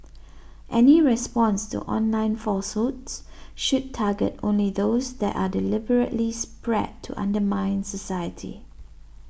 any response to online falsehoods should target only those that are deliberately spread to undermine society